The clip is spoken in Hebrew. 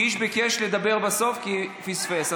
קיש ביקש לדבר בסוף כי פספס.